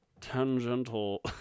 tangential